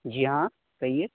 जी हाँ कहिए